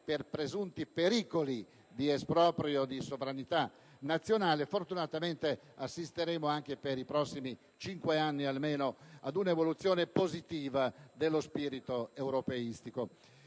per presunti pericoli di esproprio di sovranità nazionale, fortunatamente assisteremo anche per i prossimi cinque anni ad un'evoluzione positiva dello spirito europeistico.